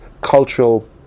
cultural